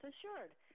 assured